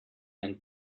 and